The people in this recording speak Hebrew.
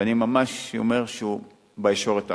ואני ממש אומר שהוא בישורת האחרונה.